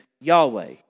Yahweh